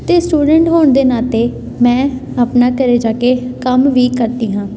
ਅਤੇ ਸਟੂਡੈਂਟ ਹੋਣ ਦੇ ਨਾਤੇ ਮੈਂ ਆਪਣਾ ਘਰ ਜਾ ਕੇ ਕੰਮ ਵੀ ਕਰਦੀ ਹਾਂ